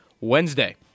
Wednesday